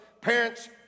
Parents